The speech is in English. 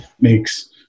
makes